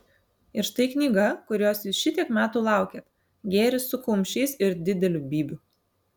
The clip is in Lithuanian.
ir štai knyga kurios jūs šitiek metų laukėt gėris su kumščiais ir dideliu bybiu